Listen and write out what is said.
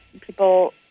people